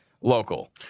local